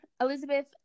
Elizabeth